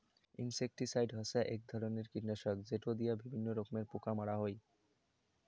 insecticide হসে এক ধরণের কীটনাশক যেটো দিয়া বিভিন্ন রকমের পোকা মারা হই